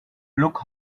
look